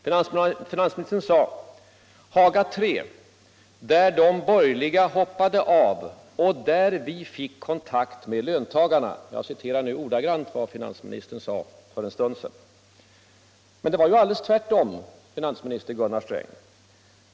Finansministern sade: Haga III — där de borgerliga hoppade av och där vi fick kontakt med löntagarna. Det var ordagrant vad finansministern sade för en stund Men det var alldeles tvärtom, finansminister Gunnar Sträng.